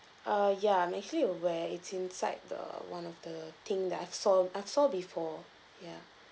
err ya I'm actually aware it's inside the one of the thing that I saw I saw before ya